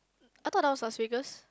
I thought that one Las Vegas